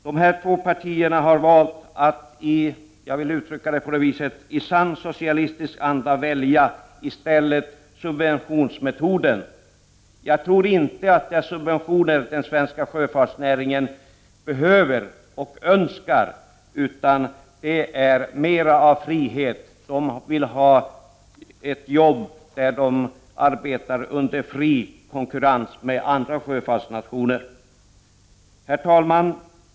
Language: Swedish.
Dessa två partier har i stället valt att ”i sann socialistisk anda” välja subventionsmetoden. Jag tror dock inte att det är subventioner den svenska sjöfartsnäringen behöver och önskar, utan mera av frihet. De vill ha ett jobb där de arbetar under fri konkurrens med andra sjöfartsnationer. Herr talman!